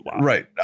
Right